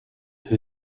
who